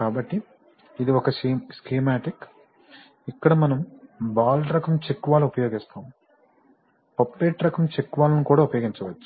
కాబట్టి ఇది ఒక స్కీమాటిక్ ఇక్కడ మనం బాల్ రకం చెక్ వాల్వ్ ఉపయోగిస్తాము పాప్పెట్ రకం చెక్ వాల్వ్ను కూడా ఉపయోగించవచ్చు